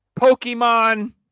Pokemon